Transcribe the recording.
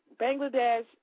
Bangladesh